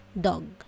dog